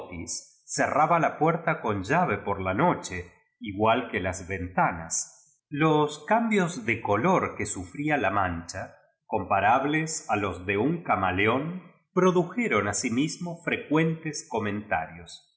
cerraba la puerto con llave por la noche igual que las ven tanas los cambios de color que sufría la man cha comparables a los de un camaleón pro dujeron asimismo frecuentes comentarios